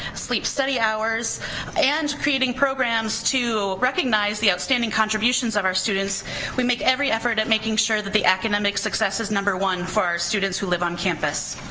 sleep study hours and creating programs to recognize the outstanding contributions of our students we make every effort in making sure that academic success is number one for our students who live on campus.